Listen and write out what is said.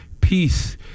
Peace